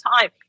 time